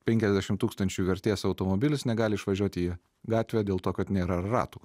penkiasdešim tūkstančių vertės automobilis negali išvažiuot į gatvę dėl to kad nėra ratų